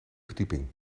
verdieping